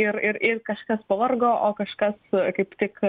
ir ir ir kažkas pavargo o kažkas kaip tik